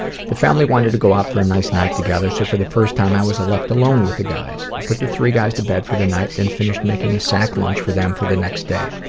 the family wanted to go out for a nice night together so for the first time, i was left alone with the guys. i put the three guys to bed for the night, then finished making them a sack lunch for them for the next day.